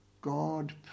God